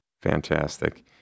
Fantastic